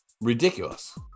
ridiculous